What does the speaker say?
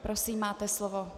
Prosím, máte slovo.